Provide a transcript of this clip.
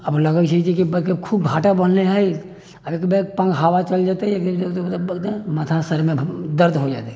अब लगै छै जे कि खूब घटा बनलै है आ एकबैग हावा चलि जेतै माथा सर मे दर्द हो जेतै